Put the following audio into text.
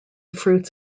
fruits